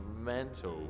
mental